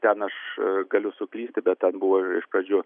ten aš galiu suklysti bet ten buvo iš pradžių